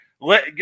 Let